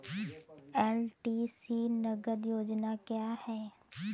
LTC नगद योजना क्या है?